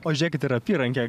o žėkit ir apyrankė